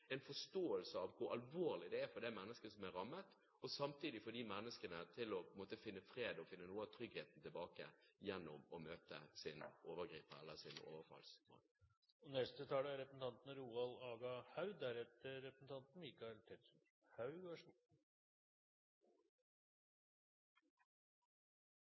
en forståelse av hvor alvorlig det er for dem som er rammet, samtidig som ofrene må finne fred og få noe av tryggheten tilbake gjennom å møte sin overgriper eller overfallsmann. Eg vil takka interpellanten for at han tek opp dramatiske og viktige problemstillingar om tryggleiken i Oslo. Det